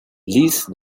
ліс